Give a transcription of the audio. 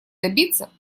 добиться